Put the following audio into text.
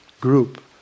group